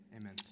amen